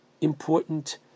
important